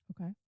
okay